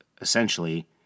essentially